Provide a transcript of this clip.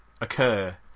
occur